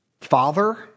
father